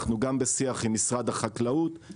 אנחנו גם בשיח עם משרד החקלאות,